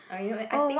I think